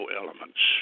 elements